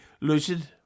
lucid